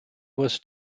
was